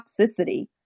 toxicity